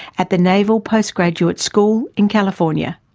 at the naval postgraduate school in california.